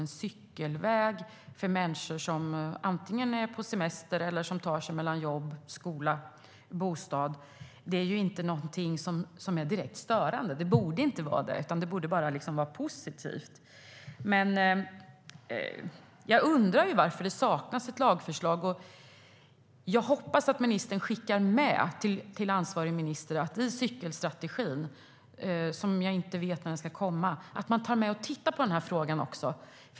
En cykelväg för människor som är på semester eller tar sig mellan jobb eller skola och bostad borde inte vara störande utan positivt. Jag undrar varför det saknas ett lagförslag. Jag hoppas att ministern skickar med till ansvarigt statsråd att man ska titta på detta också.